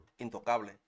intocable